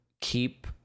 keep